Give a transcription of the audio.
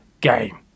game